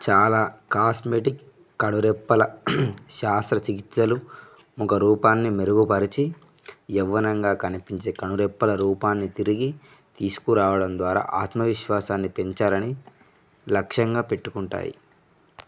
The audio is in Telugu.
చాలా కాస్మెటిక్ కనురెప్పల శాస్త్రచికిత్సలు ముఖ రూపాన్ని మెరుగుపరిచి యవ్వనంగా కనిపించే కనురెప్పల రూపాన్ని తిరిగి తీసుకురావడం ద్వారా ఆత్మవిశ్వాసాన్ని పెంచాలని లక్ష్యంగా పెట్టుకుంటాయి